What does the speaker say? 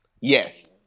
Yes